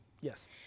Yes